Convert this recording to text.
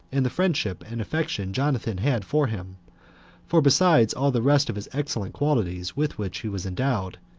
and the friendship and affection jonathan had for him for besides all the rest of his excellent qualities with which he was endowed,